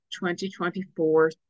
2024